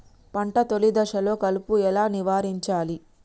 పంట తొలి దశలో కలుపు ఎలా నివారించాలి?